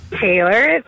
Taylor